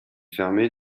fermés